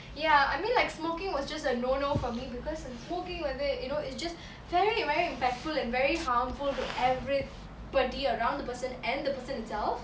ya I mean like smoking was just a no no for me because in smoking whether you know it's just very very impactful and very harmful to everybidy around the person and the person himself